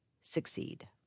succeed